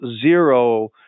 zero